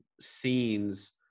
scenes